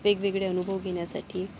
वेगवेगळे अनुभव घेण्यासाठी